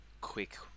quick